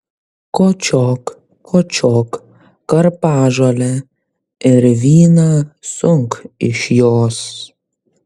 kočiok kočiok karpažolę ir vyną sunk iš jos